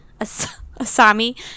asami